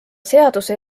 seaduse